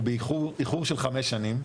ובאיחור של חמש שנים,